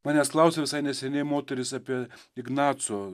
manęs klausia visai neseniai moteris apie ignaco